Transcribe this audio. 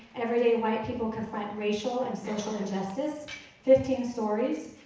everyday white people confront racial and social injustice fifteen stories,